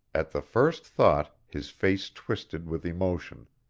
at the first thought his face twisted with emotion,